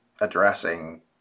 addressing